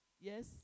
yes